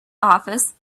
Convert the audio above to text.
office